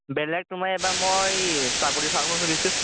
বেলেগ তোমাৰ এইবাৰ মই ছাগলী ফাৰ্ম এখন খুলিছোঁ